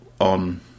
on